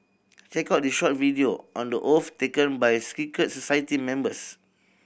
check out this short video on the oath taken by a secret society members